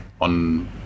on